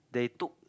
they took